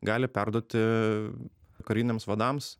gali perduoti kariniams vadams